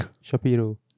Shapiro